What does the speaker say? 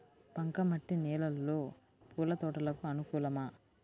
బంక మట్టి నేలలో పూల తోటలకు అనుకూలమా?